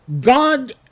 God